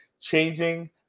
changing